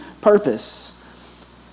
purpose